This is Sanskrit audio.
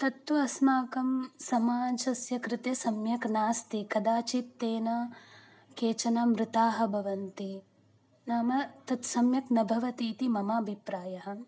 तत्तु अस्माकं समाजस्य कृते सम्यक् नास्ति कदाचित् तेन केचन मृताः भवन्ति नाम तत् सम्यक् न भवति इति मम अभिप्रायः